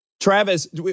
Travis